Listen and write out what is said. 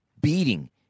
beating